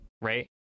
right